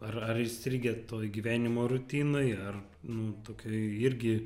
ar ar įstrigę toj gyvenimo rutinoj ar nu tuokia ir irgi